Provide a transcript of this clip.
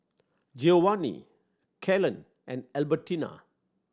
Giovanni Kalen and Albertina